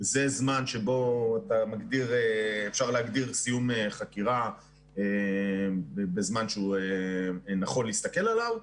זה זמן שבו אפשר להגדיר סיום חקירה בזמן שהוא נכון להסתכל עליו.